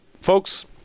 folks